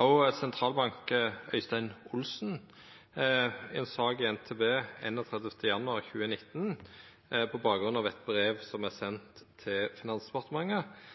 Òg sentralbanksjef Øystein Olsen har gjort det, ifølgje ei sak i NTB den 31. januar 2019, på bakgrunn av eit brev som er sendt til Finansdepartementet,